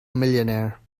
millionaire